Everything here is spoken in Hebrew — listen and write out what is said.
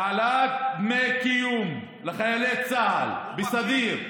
העלאת דמי קיום לחיילי צה"ל בסדיר,